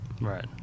Right